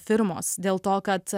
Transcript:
firmos dėl to kad